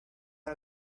out